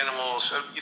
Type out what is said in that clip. animals